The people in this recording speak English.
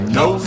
no